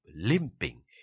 limping